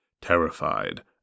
Terrified